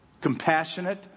Compassionate